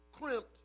crimped